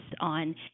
on